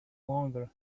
longer